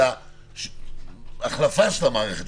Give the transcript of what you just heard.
אלא החלפה של המערכת,